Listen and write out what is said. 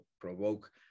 provoke